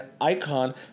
icon